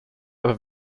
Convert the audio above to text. aber